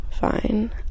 Fine